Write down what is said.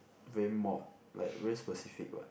very mod like very specific what